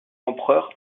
empereur